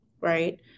right